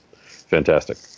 fantastic